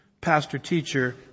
Pastor-teacher